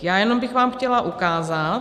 Já jenom bych vám chtěla ukázat.